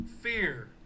Fear